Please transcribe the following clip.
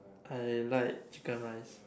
I like chicken rice